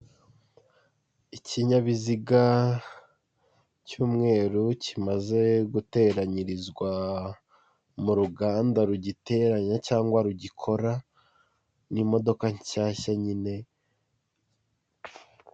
Ikinyabiziga cy'umweru kimaze guteranyirizwa mu ruganda rugiteranya cyangwa rugikora n'imodoka nshyashya nyine.